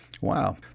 Wow